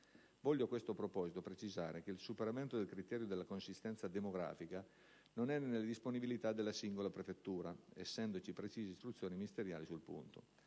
Voglio a questo proposito precisare che il superamento del criterio della consistenza demografica non è nella disponibilità della singola prefettura (essendovi precise istruzioni ministeriali sul punto),